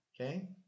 Okay